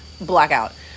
blackout